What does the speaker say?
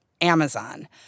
Amazon